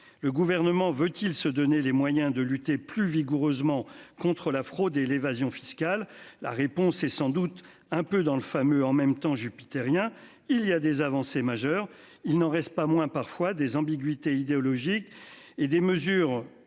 Le gouvernement veut-il se donner les moyens de lutter plus vigoureusement contre la fraude et l'évasion fiscale. La réponse est sans doute un peu dans le fameux en même temps jupitérien. Il y a des avancées majeures. Il n'en reste pas moins parfois des ambiguïtés idéologiques et des mesures